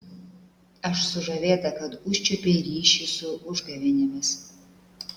aš sužavėta kad užčiuopei ryšį su užgavėnėmis